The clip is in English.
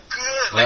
good